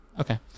Okay